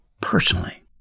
personally